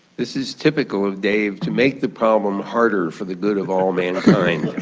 this is typical of dave, to make the problem harder for the good of all mankind.